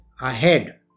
ahead